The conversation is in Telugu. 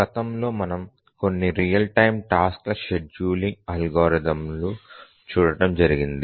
గతంలో మనము కొన్ని రియల్ టైమ్ టాస్క్ ల షెడ్యూలింగ్ అల్గోరిథంలు చూడటం జరిగింది